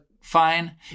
fine